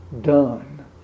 done